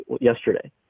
yesterday